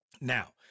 Now